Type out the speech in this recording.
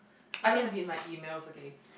I don't read my emails okay